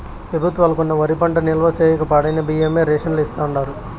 పెబుత్వాలు కొన్న వరి పంట నిల్వ చేయక పాడైన బియ్యమే రేషన్ లో ఇస్తాండారు